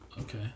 Okay